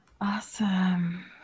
Awesome